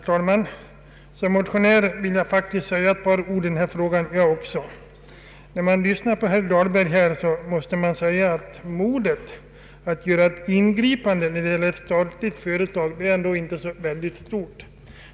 Herr talman! Som motionär vill jag säga ett par ord i denna fråga. När jag lyssnar på herr Dahlberg, finner jag att hans mod att vara med om ett ingripande när det gäller ett statligt företag inte är stort.